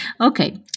Okay